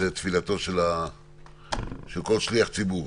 זו תפילתו של כל שליח ציבור,